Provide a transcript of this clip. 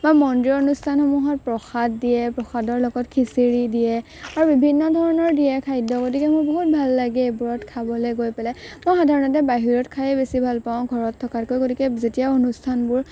বা মন্দিৰৰ অনুষ্ঠানসমূহত প্ৰসাদ দিয়ে প্ৰসাদৰ লগত খিচিৰি দিয়ে আৰু বিভিন্ন ধৰণৰ দিয়ে খাদ্য গতিকে মোৰ বহুত ভাল লাগে এইবোৰত খাবলৈ গৈ পেলাই মই সাধাৰণতে বাহিৰত খায়েই বেছি ভাল পাওঁ ঘৰত থকাতকৈ গতিকে যেতিয়া অনুষ্ঠানবোৰ